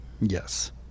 Yes